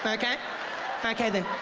but okay okay then,